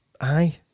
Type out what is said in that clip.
Aye